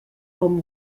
com